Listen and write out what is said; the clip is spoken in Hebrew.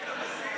היית מסיר,